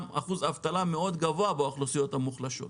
אחוז אבטלה מאוד גבוה באוכלוסיות המוחלשות.